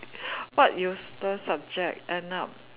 what useless subject end up